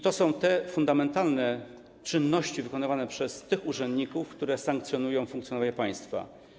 To są fundamentalne czynności wykonywane przez urzędników, które sankcjonują funkcjonowanie państwa.